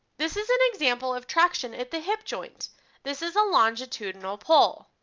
this is an example of traction at the hip joint this is a longitudinal pole.